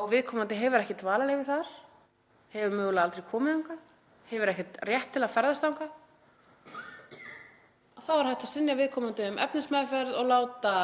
og viðkomandi hefur ekki dvalarleyfi þar, hefur mögulega aldrei komið þangað, hefur ekki rétt til að ferðast þangað, þá er hægt að synja viðkomandi um efnismeðferð og láta